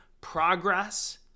progress